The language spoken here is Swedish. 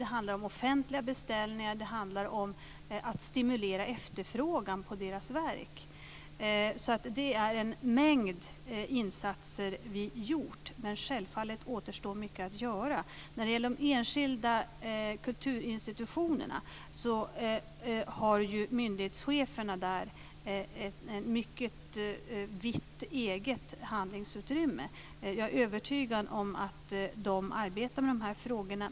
Det handlar om offentliga beställningar och om att stimulera efterfrågan på konstnärers verk. Det är en mängd insatser vi gjort. Men självfallet återstår mycket att göra. När det gäller de enskilda kulturinstitutionerna har ju myndighetscheferna där ett mycket vitt eget handlingsutrymme. Jag är övertygad om att de arbetar med de här frågorna.